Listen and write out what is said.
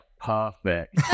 Perfect